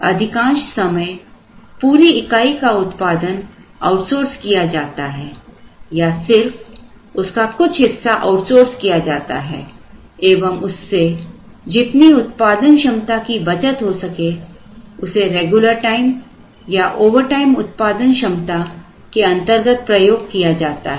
अधिकांश समय पूरी इकाई का उत्पादन आउटसोर्स किया जाता है या सिर्फ उसका कुछ हिस्सा आउटसोर्स किया जाता है एवं उससे जितनी उत्पादन क्षमता की बचत हो सके उसे रेगुलर टाइम या ओवरटाइम उत्पादन क्षमता के अंतर्गत प्रयोग किया जाता है